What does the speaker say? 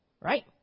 Right